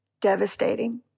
Devastating